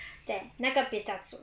对那个比较准